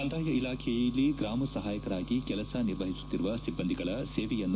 ಕಂದಾಯ ಇಲಾಖೆಯಲ್ಲಿ ಗ್ರಾಮ ಸಹಾಯಕರಾಗಿ ಕೆಲಸ ನಿರ್ವಹಿಸುತ್ತಿರುವ ಸಿಬ್ಬಂದಿಗಳ ಸೇವೆಯನ್ನು